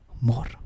more